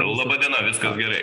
laba diena viskas gerai